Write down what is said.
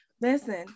Listen